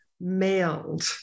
mailed